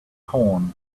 torn